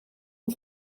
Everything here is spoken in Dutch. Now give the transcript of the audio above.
een